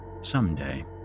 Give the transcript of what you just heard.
Someday